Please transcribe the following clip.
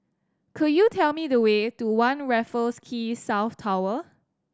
could you tell me the way to One Raffles Quay South Tower